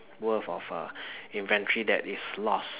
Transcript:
worth of uh inventory that is lost